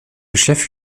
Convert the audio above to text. chef